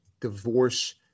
divorce